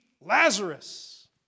Lazarus